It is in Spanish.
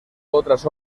otras